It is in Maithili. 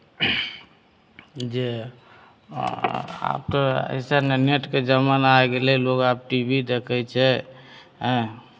जे आब तऽ अइसन ने नेटके जमाना आबि गेलै लोक आब टी वी देखै छै